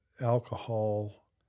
alcohol